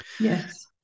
Yes